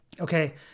Okay